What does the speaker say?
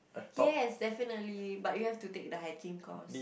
yes definitely but you have to take the hiking course